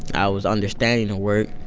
i was understanding the work,